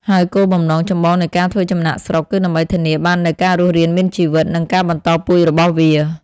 ហើយគោលបំណងចម្បងនៃការធ្វើចំណាកស្រុក គឺដើម្បីធានាបាននូវការរស់រានមានជីវិត និងការបន្តពូជរបស់វា។